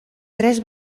tres